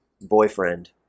boyfriend